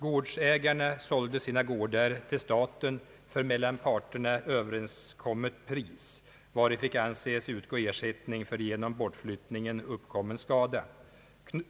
Gårdsägarna sålde sina gårdar till staten för mellan parterna överenskommet pris, vari fick anses utgå ersättning för genom bortflyttning uppkommen skada.